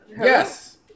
Yes